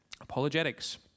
Apologetics